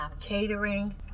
catering